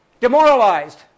Demoralized